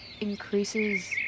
increases